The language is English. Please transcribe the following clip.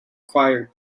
choir